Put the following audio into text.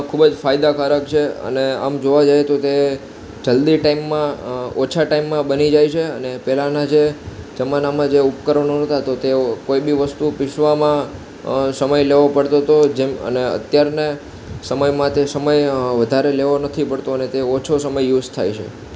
ખૂબ જ ફાયદાકારક છે અને આમ જોવા જઈએ તો તે જલ્દી ટાઈમમાં ઓછા ટાઈમમાં બની જાય છે અને પહેલાના જે જમાનામાં જે ઉપકરણો નહોતા તો તેઓ કોઇ બી વસ્તુઓ પીસવામાં સમય લેવો પડતો તો જેમ અને અત્યારને સમયમાં તે સમય વધારે લેવો નથી પડતો અને તે ઓછો સમય યુસ થાય છે